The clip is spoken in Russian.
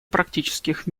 практических